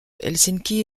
helsinki